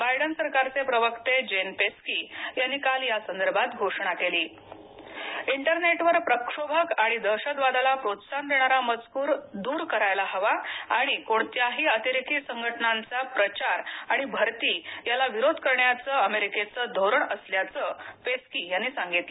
Biden सरकारचे प्रवक्ते Jen Psaki यांनी काल यासंदर्भात घोषणा केली इंटरनेटवर प्रक्षोभक आणि दहशतवादाला प्रोत्साहन देणारा मजकूर दूर करायला हवा आणि कोणत्याही अतिरेकी संघटनांचा प्रचार आणि भरती याला विरोध करण्याचं आमेरिकेच धोरण असल्याचंपेस्की यांनी सांगितलं